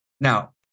Now